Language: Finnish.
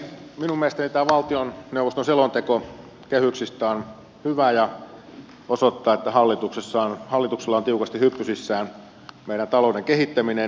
minun mielestäni tämä valtioneuvoston selonteko kehyksistä on hyvä ja osoittaa että hallituksella on tiukasti hyppysissään meidän talouden kehittäminen